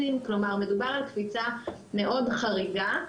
כלומר מדובר על קפיצה מאוד חריגה,